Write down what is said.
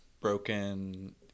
broken